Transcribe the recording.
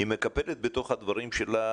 היא מקפלת בתוך הדברים שלה